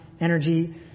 energy